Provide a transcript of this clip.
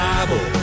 Bible